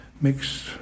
mixed